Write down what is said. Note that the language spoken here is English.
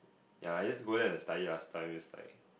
ya I just go there and study last time just like